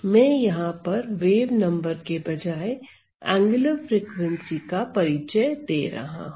मैं यहां पर वेव नंबर के बजाय एंगुलर फ्रिकवेंसी का परिचय दे रहा हूं